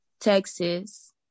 Texas